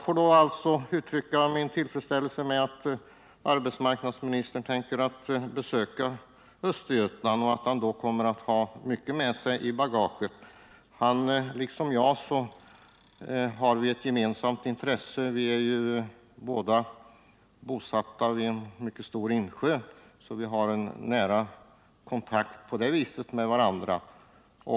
Jag vill uttrycka min tillfredsställelse över att arbetsmarknadsministern tänker besöka Östergötland, och jag hoppas att han då har mycket med i bagaget. Han och jag har ett gemensamt intresse — vi är båda bosatta vid en mycket stor insjö, och på det viset har vi nära kontakt med varandra.